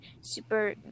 super